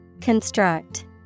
Construct